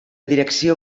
direcció